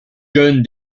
jeune